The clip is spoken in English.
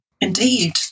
Indeed